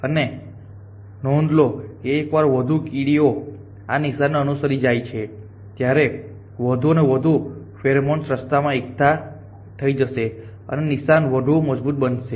અને નોંધ લો કે એકવાર વધુ કીડીઓ આ નિશાનને અનુસરીને સાથે જાય છે ત્યારે વધુ અને વધુ ફેરોમોન્સ રસ્તામાં એકઠા થઈ જશે અને નિશાન વધુ મજબૂત બને છે